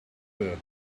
there